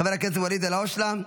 חבר הכנסת ואליד אלהואשלה,